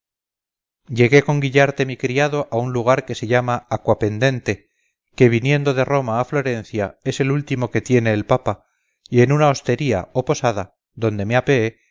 llegué con guillarte mi criado a un lugar que se llama aquapendente que viniendo de roma a florencia es el último que tiene el papa y en una hostería o posada donde me apeé